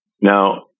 Now